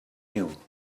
new